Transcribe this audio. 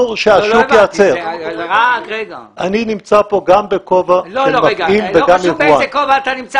לא חשוב באיזה כובע אתה נמצא,